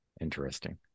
Interesting